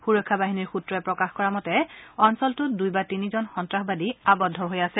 সুৰক্ষা বাহিনীৰ সুত্ৰই প্ৰকাশ কৰা মতে অঞ্চলটোত দুই বা তিনিজন সন্তাসবাদী আবদ্ধ হৈ আছে